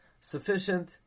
sufficient